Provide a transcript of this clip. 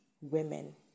women